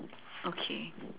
okay